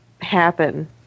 happen